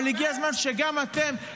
אבל הגיע הזמן שגם אתם,